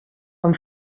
amb